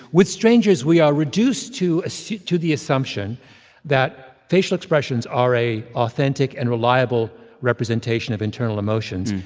with strangers, we are reduced to so to the assumption that facial expressions are a authentic and reliable representation of internal emotions.